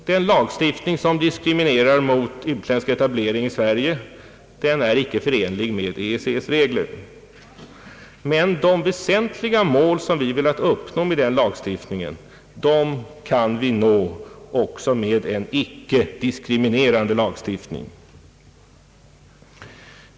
Den lagstiftning som diskriminerar utländsk etablering i Sverige är inte förenlig med EEC:s regler. De väsentliga mål som vi velat uppnå med denna lagstiftning kan emellertid nås även med en icke-diskriminerande lagstiftning.